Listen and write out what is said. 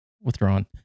withdrawn